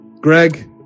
Greg